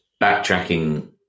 backtracking